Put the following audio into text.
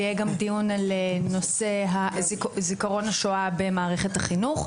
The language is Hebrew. ויהיה גם דיון בנושא זיכרון השואה במערכת החינוך.